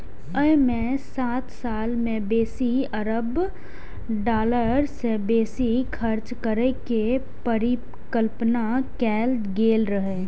अय मे सात साल मे बीस अरब डॉलर सं बेसी खर्च करै के परिकल्पना कैल गेल रहै